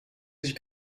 sich